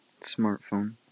smartphone